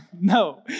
No